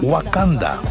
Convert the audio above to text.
Wakanda